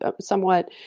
somewhat